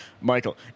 Michael